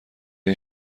این